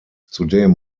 zudem